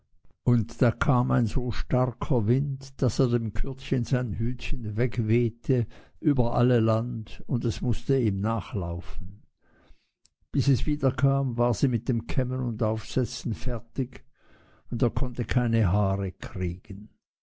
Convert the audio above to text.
und da kam ein so starker wind daß er dem kürdchen sein hütchen wegwehte über alle land und es mußte ihm nachlaufen bis es wiederkam war sie mit dem kämmen und aufsetzen fertig und er konnte keine haare kriegen